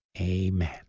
amen